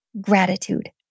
gratitude